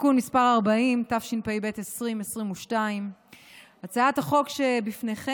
(תיקון מס' 40), התשפ"ב 2022. הצעת החוק שבפניכם